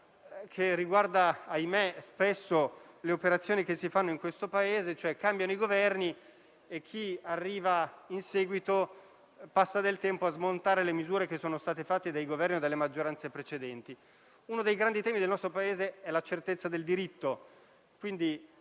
che riguarda - ahimè - le operazioni che si fanno in questo Paese: cambiano i Governi e chi arriva dopo passa il tempo a smontare le misure fatte dal Governo e dalle maggioranze precedenti. Uno dei grandi temi del nostro Paese è la certezza del diritto